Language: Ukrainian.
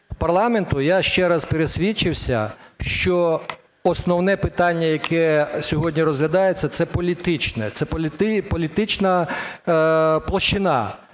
парламенту, я ще раз пересвідчився, що основне питання, яке сьогодні розглядається, це політичне,